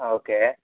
okay